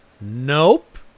Nope